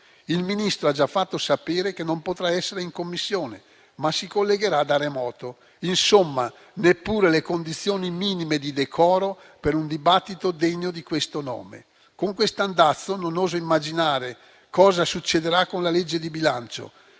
Il Ministro ha già fatto sapere che non potrà essere in Commissione, ma si collegherà da remoto. Insomma, non ci sono neppure le condizioni minime di decoro per un dibattito degno di questo nome. Con questo andazzo non oso immaginare cosa succederà con la legge di bilancio.